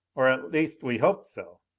or at least, we hoped so.